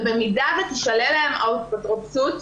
ובמידה ותישלל מהן האפוטרופסות,